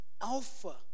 alpha